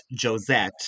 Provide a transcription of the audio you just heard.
Josette